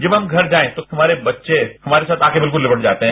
जब हम घर जाते हैं तो हमारे बच्चे हमारे साथ आकर बिल्कुल लिपट जाते हैं